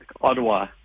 Ottawa